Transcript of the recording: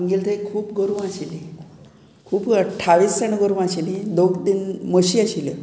आमगेले खूब गोरवां आशिल्ली खूब अठावीस जाणां गोरवां आशिल्ली दोग तीन म्हशी आशिल्ल्यो